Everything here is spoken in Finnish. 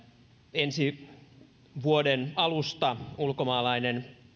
ensi vuoden alusta ulkomaalainen